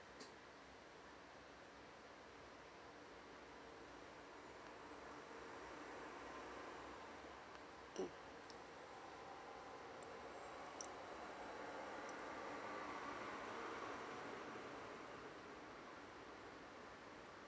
mm